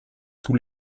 tous